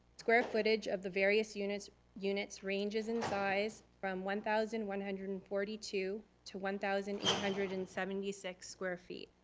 square footage of the various units units ranges in size from one thousand one hundred and forty two to one thousand one hundred and seventy six square feet.